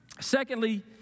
secondly